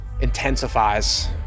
intensifies